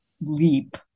leap